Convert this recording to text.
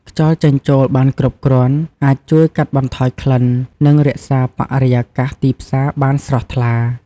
ខ្យល់ចេញចូលបានគ្រប់គ្រាន់អាចជួយកាត់បន្ថយក្លិន និងរក្សាបរិយាកាសទីផ្សារបានស្រស់ថ្លា។